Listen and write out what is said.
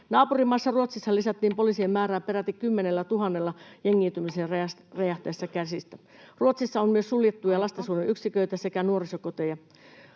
Naapurimaassa Ruotsissa lisättiin poliisien määrää peräti 10 000:lla jengiytymisen räjähtäessä käsistä. Ruotsissa on myös suljettuja [Puhemies: Aika!] lastensuojeluyksiköitä sekä nuorisokoteja.